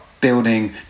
building